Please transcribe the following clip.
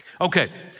Okay